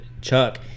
Chuck